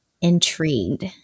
intrigued